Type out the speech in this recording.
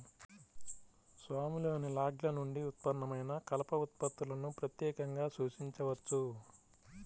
స్వామిలోని లాగ్ల నుండి ఉత్పన్నమైన కలప ఉత్పత్తులను ప్రత్యేకంగా సూచించవచ్చు